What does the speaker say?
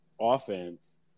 offense